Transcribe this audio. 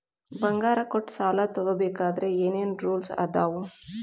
ಬಂಗಾರ ಕೊಟ್ಟ ಸಾಲ ತಗೋಬೇಕಾದ್ರೆ ಏನ್ ಏನ್ ರೂಲ್ಸ್ ಅದಾವು?